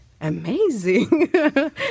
amazing